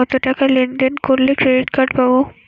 কতটাকা লেনদেন করলে ক্রেডিট কার্ড পাব?